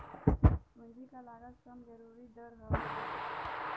पूंजी क लागत कम जरूरी दर हौ